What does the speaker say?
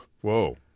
Whoa